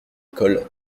colle